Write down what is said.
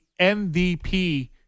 MVP